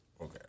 Okay